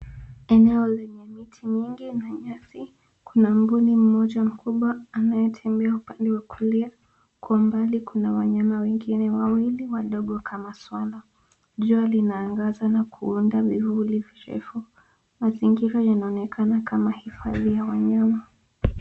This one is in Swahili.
Eneo lenye miti mingi na nyasi. Kuna mbuni mmoja mkubwa anayetembea upande wa kulia. Kwa umbali kuna wanyama wengine wawili wadogo kama swara. Jua linaangaza na kuunda vivuli virefu. Mazingira yanaonekana kama hifadhi ya wanyama.